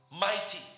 mighty